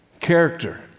Character